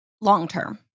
long-term